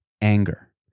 anger